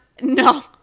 No